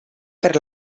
per